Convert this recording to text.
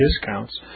discounts